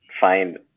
find